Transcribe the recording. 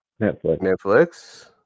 Netflix